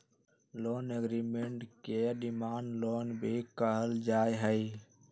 loan agreement के demand loan भी कहल जा हई